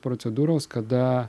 procedūros kada